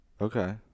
Okay